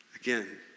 Again